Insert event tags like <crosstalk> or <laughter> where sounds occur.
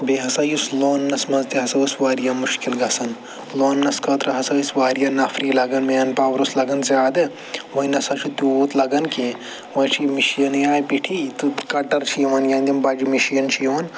بیٚیہِ ہَسا یُس لونٛنَس منٛز تہِ ہَسا اوس وارِیاہ مُشکِل گَژھان لونٛنَس خٲطرٕ ہَسا ٲسۍ وارِیاہ نفری لَگان مین پاور اوس لگان زیادٕ وۄنۍ نَہ سا چھُ تیوٗت لگان کیٚنٛہہ وَنہِ چھِ یہِ مِشیٖنٕے آیہِ پیٚٹھی تہٕ کَٹَر چھِ یِوان یا <unintelligible> بَجہِ مِشیٖنہٕ چھِ یِوان